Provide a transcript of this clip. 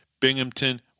Binghamton